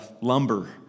lumber